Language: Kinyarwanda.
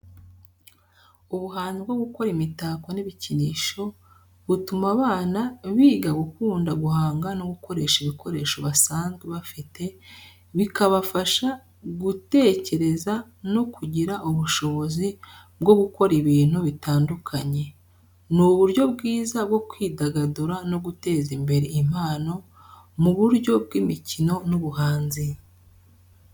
Ubuhanzi bwo gukora imitako n’ibikinisho butuma abana biga gukunda guhanga no gukoresha ibikoresho basanzwe bafite, bikabafasha gutekereza no kugira ubushobozi bwo gukora ibintu bitandukanye. Ni uburyo bwiza bwo kwidagadura no guteza imbere impano mu buryo bw’imikino n’ubuhanzi.